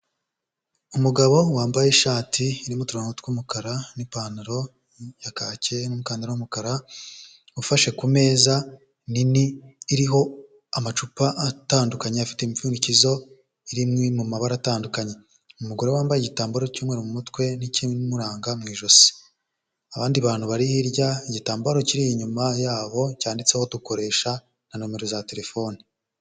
Umugabo wambaye ishati irimo uturongo tw'umukara n'ipantaro ya kake, n'umukandara w'umukara, ufashe ku meza nini iriho amacupa atandukanye afite impfundikizo iri imwe mu mabara atandukanye. Umugore wambaye igitambaro cy'umweru mu mutwe n'ikimuranga mu ijosi. Abandi bantu bari hirya, igitambaro kiri inyuma yabo cyanditseho dukoresha na nimero za telefone.